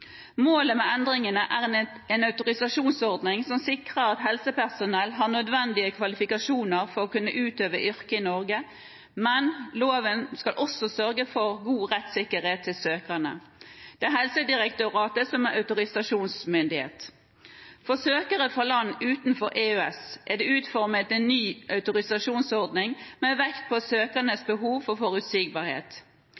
Målet med endringene er en autorisasjonsordning som sikrer at helsepersonell har nødvendige kvalifikasjoner for å kunne utøve yrket i Norge, men loven skal også sørge for god rettssikkerhet for søkerne. Det er Helsedirektoratet som er autorisasjonsmyndighet. For søkere fra land utenfor EØS er det utformet en ny autorisasjonsordning med vekt på søkernes